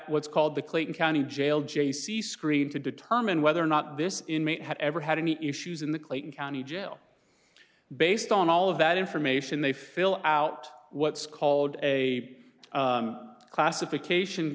what's called the clayton county jail j c screen to determine whether or not this inmate had ever had any issues in the clayton county jail based on all of that information they fill out what's called a classification